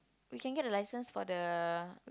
we can get the license for the